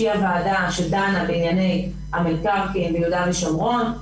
היא הוועדה שדנה בענייני המקרקעין ביהודה ושומרון.